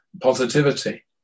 positivity